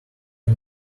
had